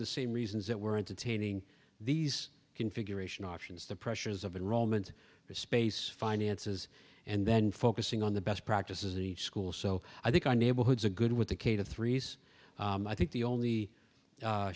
the same reasons that we're entertaining these configuration options the pressures of enrollment space finances and then focusing on the best practices in the school so i think our neighborhoods are good with the k to threes i think the only